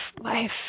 life